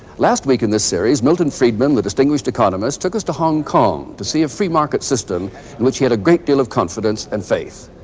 last week in this series, milton friedman, the distinguished economist took us to hong kong to see a free market system in which he had a great deal of confidence and faith.